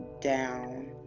down